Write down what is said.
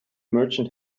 merchant